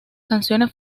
canciones